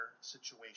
situation